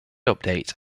update